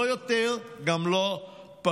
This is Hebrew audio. לא יותר, גם לא פחות.